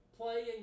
playing